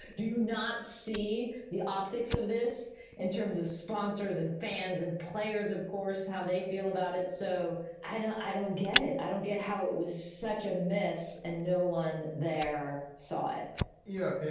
do you not see the optics of this in terms of sponsors and fans and players, of course, how they feel about it. so i don't i don't get it. i don't get how it was such a miss. and no one there saw it yeah you